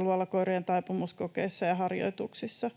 luolakoirien taipumuskokeessa ja harjoituksissa.